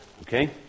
Okay